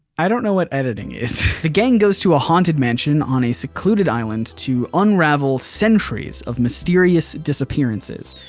i don't know what editing is. the gang goes to a haunted mansion on a secluded island to unravel centuries of mysterious disappearances.